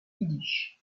yiddish